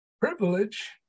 Privilege